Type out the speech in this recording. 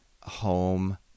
home